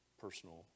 personal